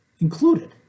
included